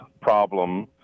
problem